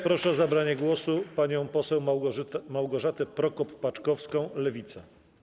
Proszę o zabranie głosu panią poseł Małgorzatę Prokop-Paczkowską, Lewica.